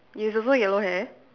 you also yellow hair